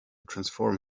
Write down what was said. transform